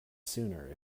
sooner